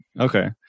Okay